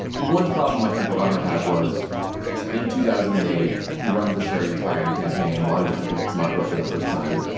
one problem i think obama had was in two thousand and eight. he runs this very inspiring campaign. lot of young people come out. but for the first time.